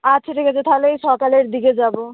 আচ্ছা ঠিক আছে তাহলে ওই সকালের দিকে যাবো